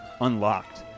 unlocked